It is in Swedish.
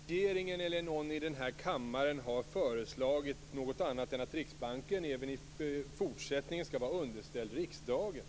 Fru talman! Varken regeringen eller någon i denna kammare har föreslagit något annat än att Riksbanken även i fortsättningen skall vara direkt underställd riksdagen.